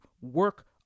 work